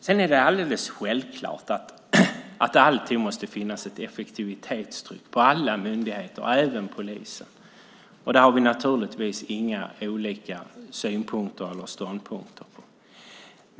Det är alldeles självklart att det alltid måste finnas ett effektivitetstryck på alla myndigheter - även polisen. Där har vi naturligtvis inga olika synpunkter eller ståndpunkter.